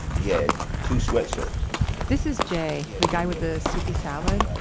yeah had two sweatshirts this is jay, the guy with the soupy salad,